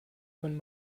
von